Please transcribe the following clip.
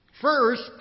First